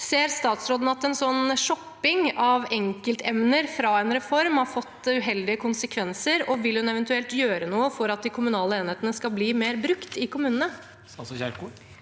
Ser statsråden at en slik shopping av enkeltemner fra en reform har fått uheldige konsekvenser, og vil hun eventuelt gjøre noe for at de kommunale enhetene skal bli mer brukt i kommunene?